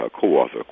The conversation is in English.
co-author